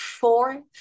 Four